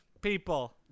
people